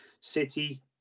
City